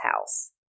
house